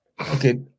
Okay